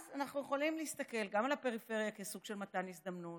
אז אנחנו יכולים להסתכל גם על הפריפריה כסוג של מתן הזדמנות,